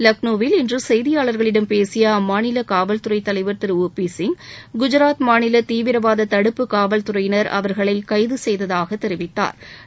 லக்னோவில் இன்று செய்தியாளர்களிடம் பேசிய அம்மாநில காவல்துறை தலைவர் திரு ஓ பி சிங் குஜாத் மாநில தீவிரவாத தடுப்பு காவல்துறையினா் அவா்களை கைது செய்ததாக தெரிவித்தாா்